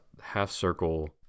half-circle